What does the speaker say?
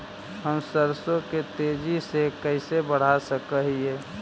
हम सरसों के तेजी से कैसे बढ़ा सक हिय?